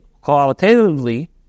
qualitatively